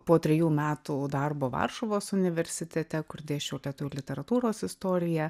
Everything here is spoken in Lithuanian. po trejų metų darbo varšuvos universitete kur dėsčiau lietuvių literatūros istoriją